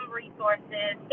resources